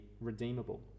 redeemable